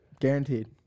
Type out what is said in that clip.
Guaranteed